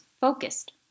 focused